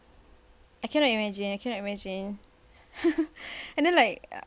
I cannot imagine I cannot imagine and then like